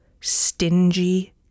stingy